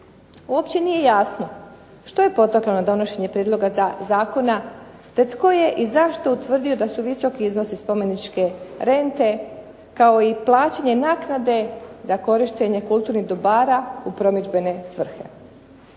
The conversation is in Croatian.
Uopće nije jasno što je potaklo na donošenje prijedloga zakona te tko je i zašto utvrdio da su visoki iznosi spomeničke rente kao i plaćanje naknade za korištenje kulturnih dobara u promidžbene svrhe.